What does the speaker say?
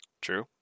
True